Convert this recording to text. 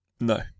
No